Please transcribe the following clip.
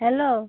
hello